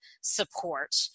support